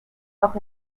auch